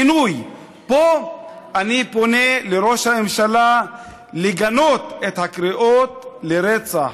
"גינוי"; פה אני פונה לראש הממשלה לגנות את הקריאות לרצח